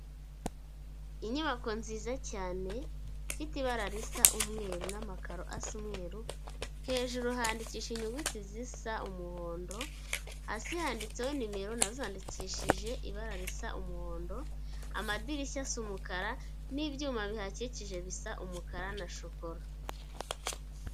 Inyubako nziza cyane ifite ibara risa umweru n'amakaro asa umweru, hejuru handikishije inyuguti zisa umuhondo, hasi handitseho nimero nazo zanandikishije ibara risa umuhondo, amadirishya asa umukara n'ibyuma bihakikije bisa umukara na shokora.